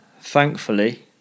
thankfully